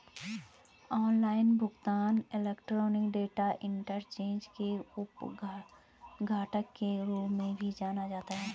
online भुगतान electronic data interchange के उप घटक के रूप में भी जाना जाता है